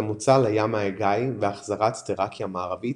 המוצא לים האגאי והחזרת טראקיה המערבית,